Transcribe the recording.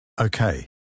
Okay